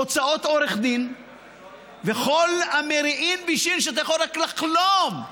הוצאות עורך דין וכל המרעין בישין שאתה יכול רק לחלום.